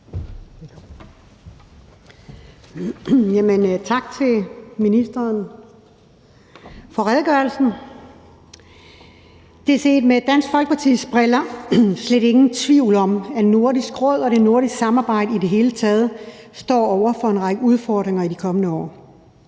Tak til ministeren for redegørelsen. Der er set med Dansk Folkepartis briller slet ingen tvivl om, at Nordisk Råd og det nordiske samarbejde i det hele taget står over for en række udfordringer i de kommende år.